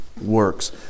works